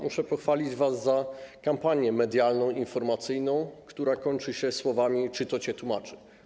Muszę was pochwalić za kampanię medialną, informacyjną, która kończy się słowami: Czy to cię tłumaczy?